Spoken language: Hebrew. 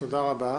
תודה רבה.